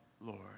Lord